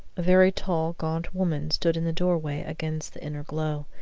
a very tall, gaunt woman stood in the doorway against the inner glow.